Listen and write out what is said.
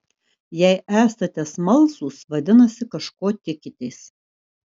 jei esate smalsūs vadinasi kažko tikitės